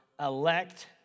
elect